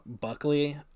Buckley